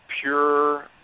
pure